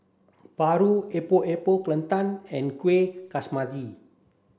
Paru Epok Epok Kentang and Kueh